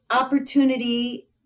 opportunity